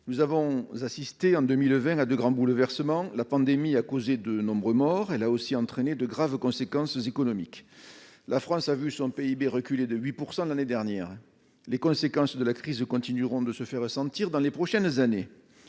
Nous avons assisté en 2020 à de grands bouleversements. La pandémie a causé de nombreux morts, elle a aussi entraîné de graves conséquences économiques : la France a vu son PIB reculer de 8 % l'année dernière. Les conséquences de la crise continueront de se faire sentir dans les prochaines années.